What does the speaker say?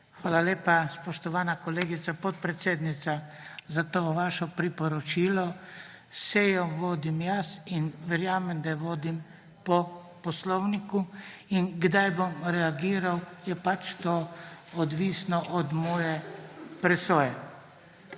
Hvala lepa, spoštovana kolegica podpredsednica, za to vaše priporočilo. Sejo vodim jaz in verjamem, da jo vodim po poslovniku. Kdaj bom reagiral, je odvisno od moje presoje.